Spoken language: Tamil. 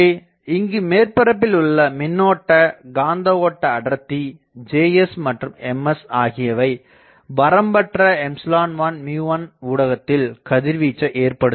ஆகவே இங்கு மேற்பரப்பில் உள்ள மின்னோட்ட காந்த ஓட்ட அடர்த்தி Js மற்றும் Ms ஆகியவை வரம்பற்ற ε1 μ1 ஊடகத்தில் கதிர்வீச்சை ஏற்படுத்துகிறது